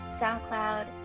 SoundCloud